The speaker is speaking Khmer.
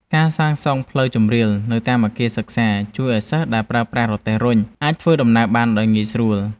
ការសាងសង់ផ្លូវជម្រាលនៅតាមអគារសិក្សាជួយឱ្យសិស្សដែលប្រើប្រាស់រទេះរុញអាចធ្វើដំណើរបានដោយងាយស្រួល។